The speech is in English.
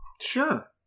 Sure